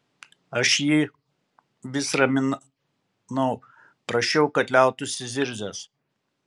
aš jį vis raminau prašiau kad liautųsi zirzęs